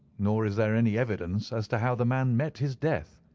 nor is there any evidence as to how the man met his death.